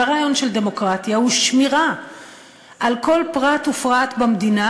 הרעיון של דמוקרטיה הוא שמירה על כל פרט ופרט במדינה